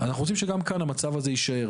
אנחנו רוצים שגם כאן, המצב הזה יישאר.